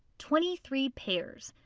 twenty three pairs.